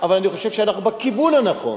אבל אני חושב שאנחנו בכיוון הנכון.